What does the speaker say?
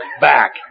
back